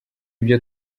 byo